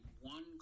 one